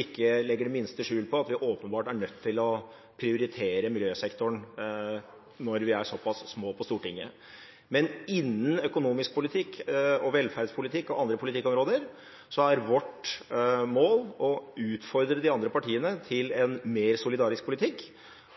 ikke legger det minste skjul på at vi åpenbart er nødt til å prioritere miljøsektoren når vi er såpass små på Stortinget. Men innen økonomisk politikk, velferdspolitikk og andre politikkområder er vårt mål å utfordre de andre partiene til en mer solidarisk politikk,